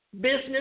business